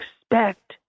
expect